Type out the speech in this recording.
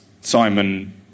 Simon